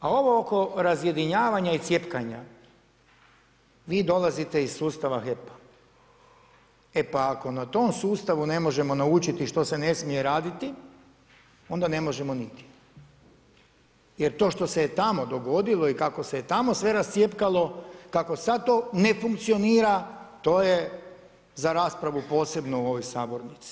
A ovo oko razjedinjavanja i cjepkanja, vi dolazite iz sustava HEP-a, e pa ako na tom sustavu ne možemo naučiti što se ne smije raditi onda ne možemo nigdje jer to što se je tamo dogodilo i kako se je tamo sve rascjepkalo, kako sada to ne funkcionira to je za raspravu posebnu u ovoj sabornici.